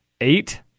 Eight